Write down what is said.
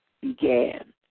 began